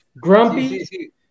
Grumpy